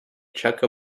chukka